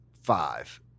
five